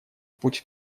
путь